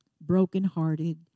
brokenhearted